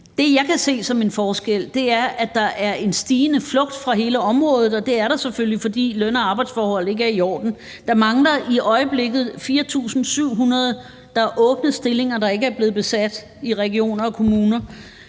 Det, jeg kan se som en forskel, er, at der er en stigende flugt fra hele området, og det er der selvfølgelig, fordi løn- og arbejdsforhold ikke er i orden. Der mangler i øjeblikket 4.700; der er åbne stillinger, der ikke er blevet besat i regioner og kommuner;